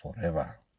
forever